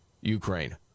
Ukraine